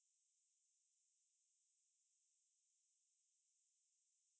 oh err so what do you think about climate change and global warming